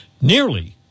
nearly